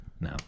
No